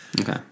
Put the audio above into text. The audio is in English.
okay